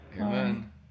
Amen